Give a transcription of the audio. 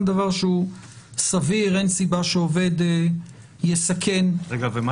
דבר שהוא סביר ואין סיבה שהעובד יסכן את מקום עבודתו.